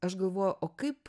aš galvoju o kaip